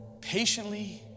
patiently